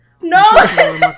No